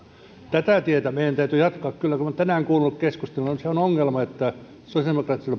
tätä tietä meidän täytyy kyllä jatkaa kun on tänään kuunnellut keskustelua niin se on ongelma että sosiaalidemokraattisella